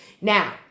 Now